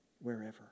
wherever